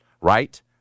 right